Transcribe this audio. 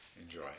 enjoy